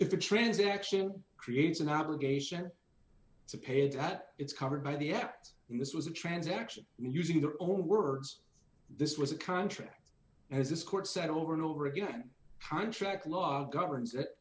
if the transaction creates an obligation to pay or that it's covered by the act in this was a transaction using their own words this was a contract has this court said over and over again contract law governs that